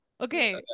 Okay